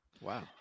Wow